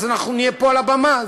אנחנו נהיה פה על הבמה.